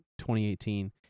2018